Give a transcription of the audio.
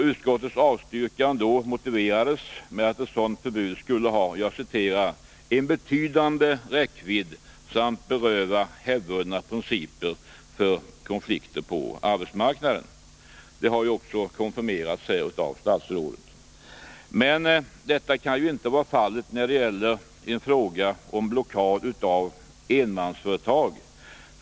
Utskottets avstyrkan då motiverades med att ett sådant förbud skulle ha ”en betydande räckvidd och berörde hävdvunna principer för konflikter på arbetsmarknaden”. Det har ju också konfirmerats här av herr statsrådet. Men detta kan inte vara fallet när det gäller fråga om blockad av enmansföretag.